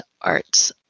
Art's